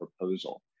proposal